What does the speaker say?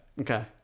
Okay